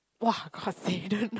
!wah! consider